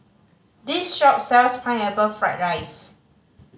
this shop sells Pineapple Fried rice